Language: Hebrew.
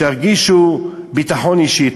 שירגישו ביטחון אישי.